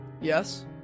Yes